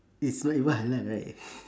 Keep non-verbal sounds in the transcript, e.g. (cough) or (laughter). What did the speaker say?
it's like what I like right (breath)